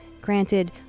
Granted